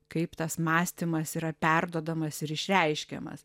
kaip tas mąstymas yra perduodamas ir išreiškiamas